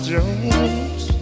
Jones